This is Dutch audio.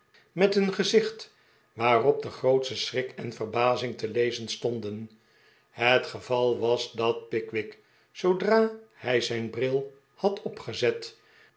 met een gezicht waarop de grootste schrik en verbazing te lezen stonden het geval was dat pickwick zoodra hij zijn bril had opgezet